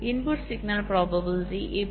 input signal probability ഈ 0